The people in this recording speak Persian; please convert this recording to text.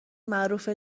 معروف